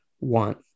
want